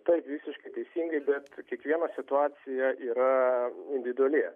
taip visiškai teisingai bet su kiekviena situacija yra individuali